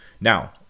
Now